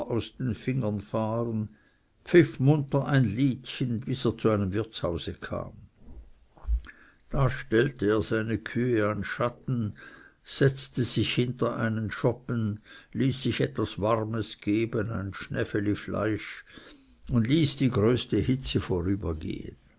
aus den fingern fahren pfiff munter ein liedchen bis er zu einem wirtshause kam da stellte er seine kühe an schatten setzte sich hinter einen schoppen ließ sich etwas warmes geben ein schnäfeli fleisch und ließ die größte hitze vorübergehen